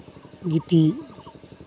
ᱜᱤᱛᱤᱡ